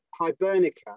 hibernica